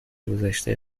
گذشته